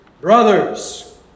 brothers